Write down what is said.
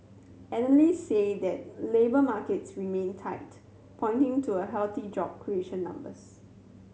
analysts said that labour markets remain tight pointing to a healthy job creation numbers